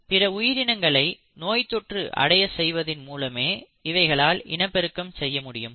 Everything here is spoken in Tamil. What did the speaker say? பிற உயிரினங்களை நோய்த்தொற்று அடைய செய்வதின் மூலமே இவைகளால் இனப்பெருக்கம் செய்ய முடியும்